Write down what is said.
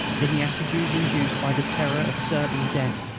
in the attitudes induced by the terror of certain death,